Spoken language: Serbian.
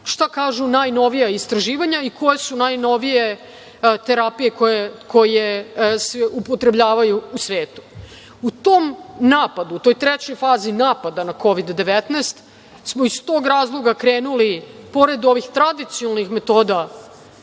šta kažu najnovija istraživanja i koje su najnovije terapije koje se upotrebljavaju u svetu.U tom napadu, u toj trećoj fazi napada na Kovid-19, smo iz tog razloga krenuli, pored ovih tradicionalnih metoda